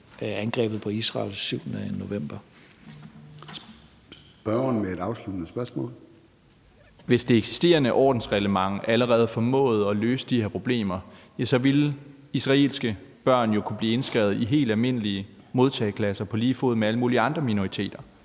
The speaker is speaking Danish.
man allerede med det eksisterende ordensreglement formåede at løse de her problemer, ville israelske børn jo kunne blive indskrevet i helt almindelige modtageklasser på lige fod med alle mulige andre minoriteter.